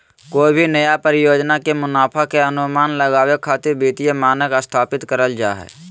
कोय भी नया परियोजना के मुनाफा के अनुमान लगावे खातिर वित्तीय मानक स्थापित करल जा हय